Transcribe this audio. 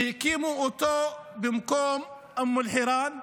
שהקימו אותו במקום אום אל-חיראן.